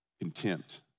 contempt